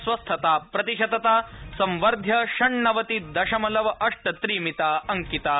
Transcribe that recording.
स्वस्थताया प्रतिशतता संवर्ध्य षण्णवति दशमलव अष्ट त्रिमिता अंकिता